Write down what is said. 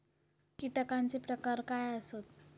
कीटकांचे प्रकार काय आसत?